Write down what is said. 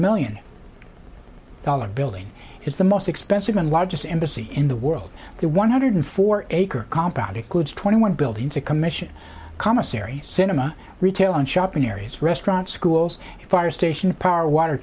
million dollar building is the most expensive and largest embassy in the world the one hundred four acre compound includes twenty one built into commission commissary cinema retail and shopping areas restaurants schools a fire station a power water